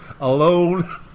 Alone